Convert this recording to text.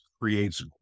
creates